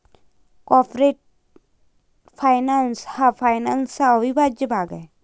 corporate finance हा फायनान्सचा अविभाज्य भाग आहे